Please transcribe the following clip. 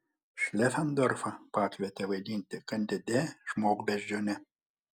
šlefendorfą pakvietė vaidinti kandide žmogbeždžionę